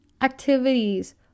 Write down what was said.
activities